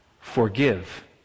forgive